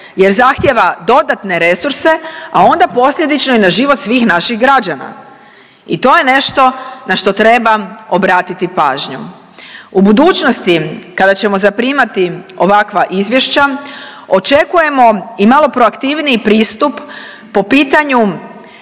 jer zahtjeva dodatne resurse, a onda posljedično i na život svih naših građana. I to je nešto na što treba obratiti pažnju. U budućnosti kada ćemo zaprimati ovakva izvješća očekujemo i malo proaktivniji pristup po pitanju